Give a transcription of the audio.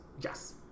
Yes